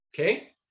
okay